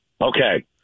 Okay